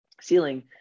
ceiling